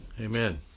Amen